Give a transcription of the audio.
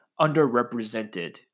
underrepresented